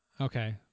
Okay